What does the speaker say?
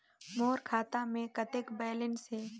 मोर खाता मे कतेक बैलेंस हे?